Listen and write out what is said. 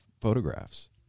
photographs